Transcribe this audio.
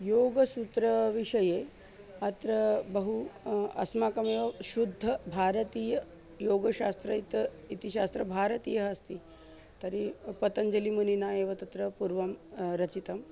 योगसूत्रविषये अत्र बहु अस्माकमेव शुद्धभारतीययोगशास्त्रम् इत इति शास्त्रं भारतीयः अस्ति तर्हि पतञ्जलिमुनिना एव तत्र पूर्वं रचितम्